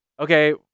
Okay